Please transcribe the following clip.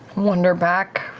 wander back,